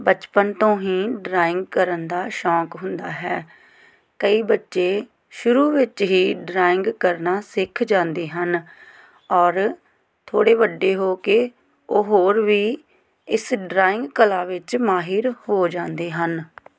ਬਚਪਨ ਤੋਂ ਹੀ ਡਰਾਇੰਗ ਕਰਨ ਦਾ ਸ਼ੌਕ ਹੁੰਦਾ ਹੈ ਕਈ ਬੱਚੇ ਸ਼ੁਰੂ ਵਿੱਚ ਹੀ ਡਰਾਇੰਗ ਕਰਨਾ ਸਿੱਖ ਜਾਂਦੇ ਹਨ ਔਰ ਥੋੜ੍ਹੇ ਵੱਡੇ ਹੋ ਕੇ ਉਹ ਹੋਰ ਵੀ ਇਸ ਡਰਾਇੰਗ ਕਲਾ ਵਿੱਚ ਮਾਹਿਰ ਹੋ ਜਾਂਦੇ ਹਨ